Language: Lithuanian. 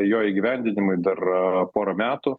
jo įgyvendinimui dar pora metų